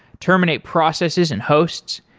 terminate processes and hosts.